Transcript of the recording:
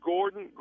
Gordon